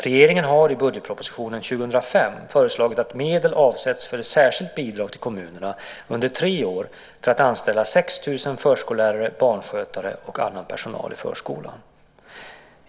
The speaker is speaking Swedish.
Regeringen har i budgetpropositionen 2005 föreslagit att medel avsätts för ett särskilt bidrag till kommunerna under tre år för att anställa 6 000 förskollärare, barnskötare och annan personal i förskolan.